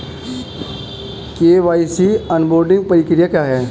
KYC onboarding प्रक्रिया क्या है?